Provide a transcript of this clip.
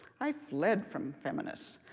i fled from feminists.